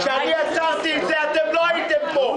כשאני עצרתי את זה אתם לא הייתם פה.